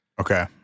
Okay